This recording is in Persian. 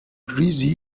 ریزی